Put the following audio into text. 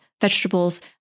vegetables